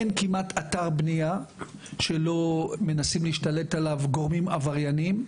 אין כמעט אתר בנייה שלא מנסים להשתלט עליו גורמים עבריינים.